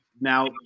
now